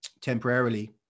temporarily